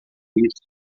isso